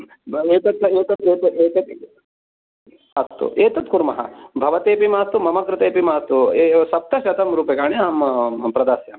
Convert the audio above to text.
एत एतत् एतत् एतत् एतत् अस्तु कुर्मः भवतेपि मास्तु मम कृतेपि मास्तु सप्तशतं रूप्यकाणि अहं प्रदास्यामि